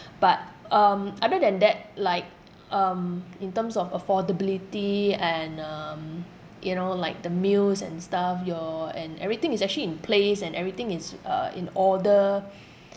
but um other than that like um in terms of affordability and um you know like the meals and stuff your and everything is actually in place and everything is uh in order